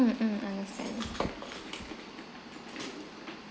mmhmm understand